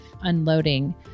unloading